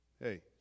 Hey